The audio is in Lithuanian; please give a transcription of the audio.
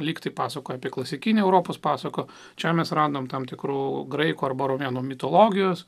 lygtį pasakojo apie klasikinį europos pasakų žemės radome tam tikroje graikų arba romėnų mitologijos